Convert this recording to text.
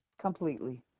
Completely